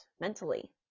mentally